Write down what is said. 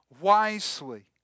wisely